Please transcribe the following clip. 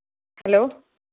hello